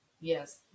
Yes